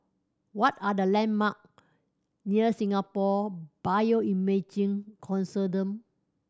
what are the landmark near Singapore Bioimaging Consortium